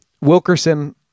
Wilkerson